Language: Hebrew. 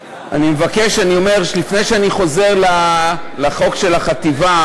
מבקש, לפני שאני חוזר לחוק של החטיבה,